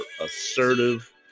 assertive